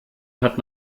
hat